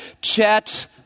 Chet